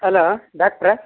hello ಡಾಕ್ಟ್ರಾ